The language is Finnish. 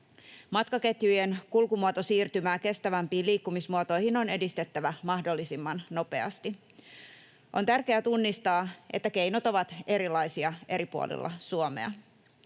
Matkaketjujen kulkumuotosiirtymää kestävämpiin liikkumismuotoihin on edistettävä mahdollisimman nopeasti. On tärkeää tunnistaa, että keinot ovat erilaisia eri puolilla Suomea.